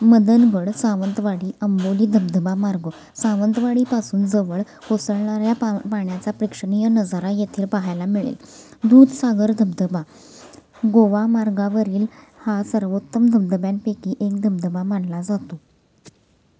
मदनगड सावंतवाडी अंबोली धबधबा मार्ग सावंतवाडीपासून जवळ कोसळणाऱ्या पा पाण्याचा प्रेक्षणीय नजारा येथे पाहायला मिळेल दूधसागर धबधबा गोवा मार्गावरील हा सर्वोत्तम धबधब्यांपैकी एक धबधबा मानला जातो